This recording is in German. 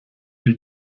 wie